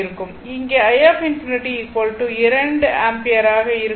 இங்கே i∞ 2 ampere ஆக இருக்கும்